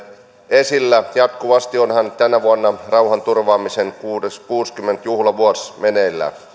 esillä jatkuvasti onhan tänä vuonna rauhanturvaamisen kuudeskymmenes juhlavuosi meneillään